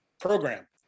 program